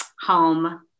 home